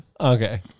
okay